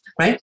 right